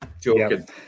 joking